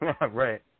Right